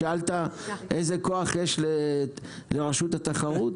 שאלת איזה כוח יש לרשות התחרות?